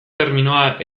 terminoa